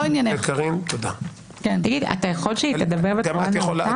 אתה יכול להעיר לה?